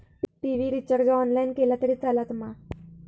TV recharge online केला तरी चलात मा?